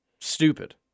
Stupid